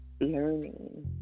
learning